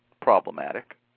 problematic